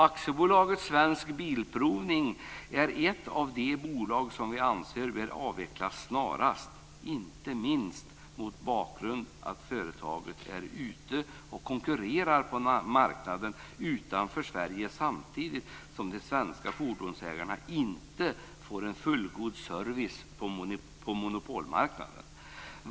AB Svensk Bilprovning är ett av de bolag som vi anser bör avvecklas snarast, inte minst mot bakgrund av att bolaget är ute och konkurrerar på marknader utanför Sverige samtidigt som de svenska fordonsägarna inte får en fullgod service på monopolmarknaden.